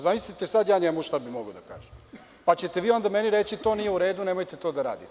Zamislite sad ja njemu šta bih mogao da kažem, pa ćete vi onda meni reći – to nije u redu, nemojte to da radite.